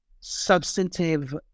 substantive